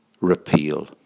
Repeal